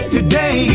Today